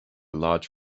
large